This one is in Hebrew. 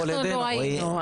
אנחנו לא היינו.